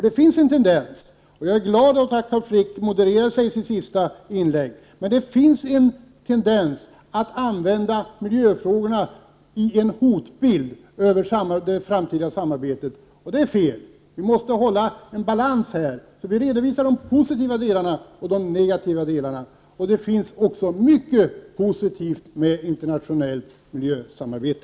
Det finns en tendens — jag är glad att Carl Frick modererade sig i sitt senaste inlägg — att använda miljöfrågorna i en hotbild över det framtida samarbetet. Det är fel. Vi måste hålla balans och redovisa både de positiva och de negativa delarna. Det finns också mycket positivt med internationellt miljösamarbete.